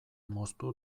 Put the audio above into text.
moztu